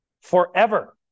forever